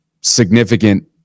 significant